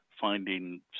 finding